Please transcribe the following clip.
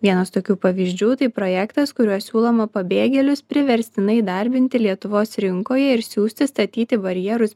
vienas tokių pavyzdžių tai projektas kuriuo siūloma pabėgėlius priverstinai įdarbinti lietuvos rinkoje ir siųsti statyti barjerus